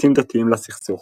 היבטים דתיים לסכסוך